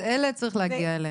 לאלה צריך להגיע.